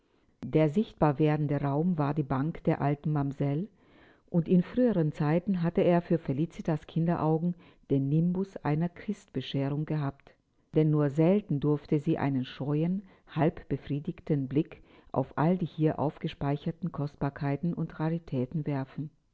der sichtbar werdende raum war die bank der alten mamsell und in früheren zeiten hatte er für felicitas kinderaugen den nimbus einer christbescherung gehabt denn nur selten durfte sie einen scheuen halbbefriedigten blick auf all die hier aufgespeicherten kostbarkeiten und raritäten werfen